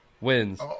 wins